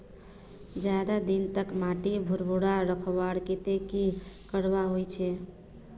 ज्यादा दिन तक माटी भुर्भुरा रखवार केते की करवा होचए?